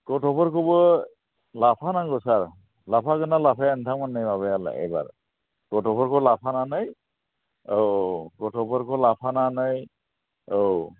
गथ'फोरखौबो लाफानांगौ सार लाफागोनना लाफाया नोंथांमोननि माबायालाय एबार गथ'फोरखौ लाफानानै औ गथ'फोरखौ लाफानानै औ